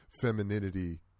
femininity